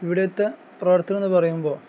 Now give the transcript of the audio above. ഇവിടുത്തെ പ്രവർത്തനമെന്ന് പറയുമ്പോൾ